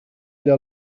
إلى